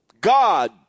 God